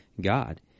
God